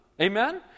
Amen